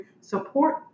support